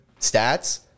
stats